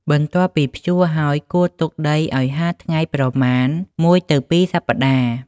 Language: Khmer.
បន្ទាប់ពីភ្ជួរហើយ គួរទុកដីឲ្យ ហាលថ្ងៃ ប្រមាណ ១ ទៅ ២ សប្តាហ៍។